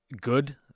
good